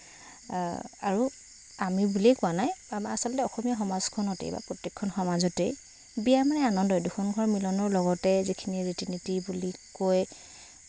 আৰু আমি বুলিয়েই কোৱা নাই আমাৰ আচলতে অসমীয়া সমাজখনতেই বা প্ৰত্যেকখন সমাজতেই বিয়া মানে আনন্দই দুখন ঘৰৰ মিলনৰ লগতে যিখিনি ৰীতি নীতি বুলি কৈ